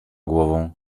głową